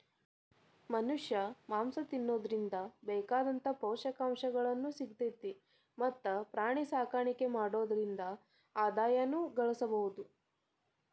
ಮನಷ್ಯಾ ಮಾಂಸ ತಿನ್ನೋದ್ರಿಂದ ಬೇಕಾದಂತ ಪೌಷ್ಟಿಕಾಂಶನು ಸಿಗ್ತೇತಿ ಮತ್ತ್ ಪ್ರಾಣಿಸಾಕಾಣಿಕೆ ಮಾಡೋದ್ರಿಂದ ಆದಾಯನು ಗಳಸಬಹುದು